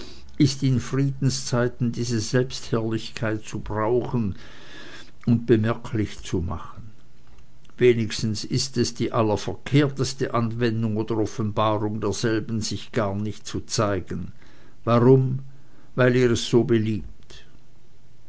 ist in friedenszeiten diese selbstherrlichkeit zu brauchen und bemerklich zu machen wenigstens ist es die allerverkehrteste anwendung oder offenbarung derselben sich gar nicht zu zeigen warum weil es ihr so beliebt